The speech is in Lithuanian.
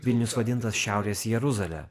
vilnius vadintas šiaurės jeruzale